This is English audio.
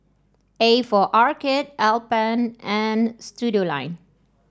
A for Arcade Alpen and Studioline